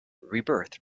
rebirth